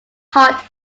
hot